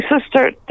sister